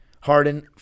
Harden